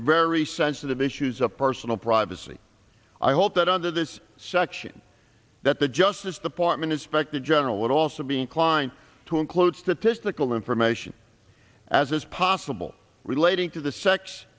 very sensitive issues of personal privacy i hope that under this section that the justice department inspector general would also be inclined to include statistical information as is possible relating to the sex